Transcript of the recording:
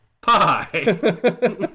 pie